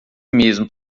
mesmo